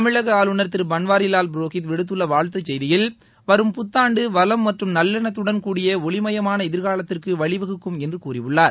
தமிழக ஆளுநர் திரு பன்வாரிவால் புரோஹித் விடுத்துள்ள வாழ்த்துச் செய்தியில் வரும் புத்தாண்டு வளம் மற்றும் நல்லெண்ணத்துடன்கூடிய ஒளிமயமான எதிர்காலத்திற்கு வழிவகுக்கும் என்று கூறியுள்ளார்